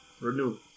Renew